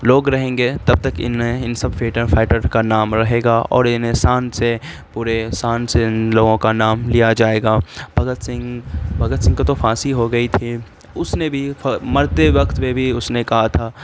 لوگ رہیں گے تب تک ان میں ان سب فریڈم فائیٹر کا نام رہے گا اور انہیں شان سے پورے سان سے ان لوگوں کا نام لیا جائے گا بھگت سنگھ بھگت سنگھ کو تو پھانسی ہو گئی تھی اس نے بھی مرتے وقت میں بھی اس نے کہا تھا